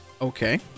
Okay